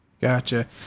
Gotcha